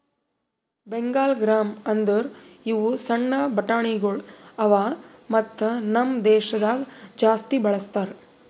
Bengal gram ಅಂದುರ್ ಇವು ಸಣ್ಣ ಬಟಾಣಿಗೊಳ್ ಅವಾ ಮತ್ತ ನಮ್ ದೇಶದಾಗ್ ಜಾಸ್ತಿ ಬಳ್ಸತಾರ್